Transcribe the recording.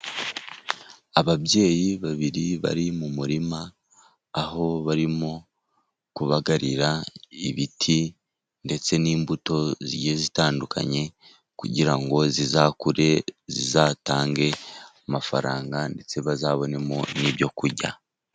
Ababyeyi babiri bari mu murima aho barimo kubagarira ibiti ndetse n'imbuto zigiye zitandukanye kugirango zizakure zizatange amafaranga ndetse bazabonemo n'ibyo kurya.